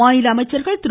மாநில அமைச்சர்கள் திரு